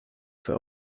für